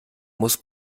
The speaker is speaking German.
muss